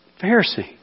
Pharisee